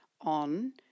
on